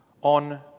on